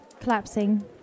collapsing